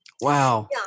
Wow